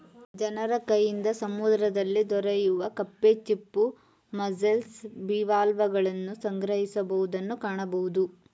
ಜನರು ಕೈಯಿಂದ ಸಮುದ್ರದಲ್ಲಿ ದೊರೆಯುವ ಮೀನು ಕಪ್ಪೆ ಚಿಪ್ಪು, ಮಸ್ಸೆಲ್ಸ್, ಬಿವಾಲ್ವಗಳನ್ನು ಸಂಗ್ರಹಿಸುವುದನ್ನು ಕಾಣಬೋದು